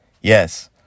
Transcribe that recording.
yes